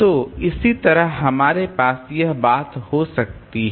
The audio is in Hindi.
तो इसी तरह हमारे पास यह बात हो सकती है